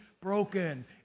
broken